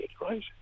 right